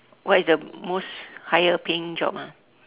what is the most higher paying job ah